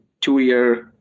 two-year